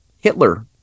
Hitler